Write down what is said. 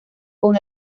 con